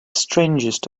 strangest